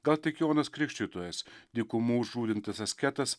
gal tik jonas krikštytojas dykumų užūrintas asketas